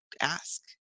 ask